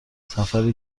سفر